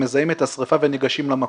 הם מזהים את השריפה וניגשים למקום.